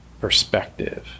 perspective